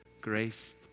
Grace